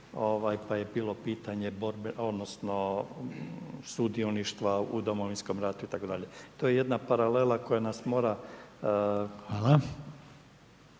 pa je bilo pitanje sudioništva u Domovinskom ratu itd. To je jedna paralela koja nas mora